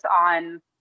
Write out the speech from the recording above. on